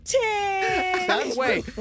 Wait